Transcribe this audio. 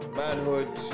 manhood